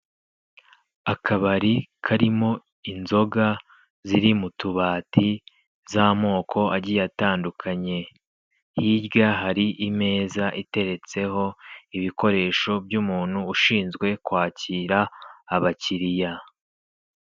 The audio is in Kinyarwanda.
Akabari karimo inzoga ziri mu tubati z'amoko agiye atandukanye. Hirya hari imeza iteretseho ibikoresho by'umuntu ushinzwe kwakira abakiriya.